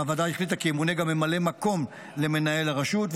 הוועדה החליטה כי ימונה גם ממלא מקום למנהל הרשות,